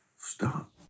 Stop